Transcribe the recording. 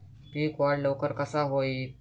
पीक वाढ लवकर कसा होईत?